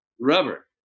rubber